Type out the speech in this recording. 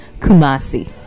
Kumasi